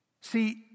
See